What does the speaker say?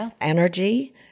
energy